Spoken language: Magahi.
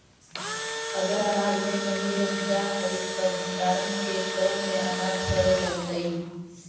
अगर अनाज में नमी रह जा हई त भण्डारण के क्रम में अनाज सड़े लगतइ